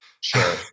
Sure